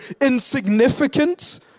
insignificant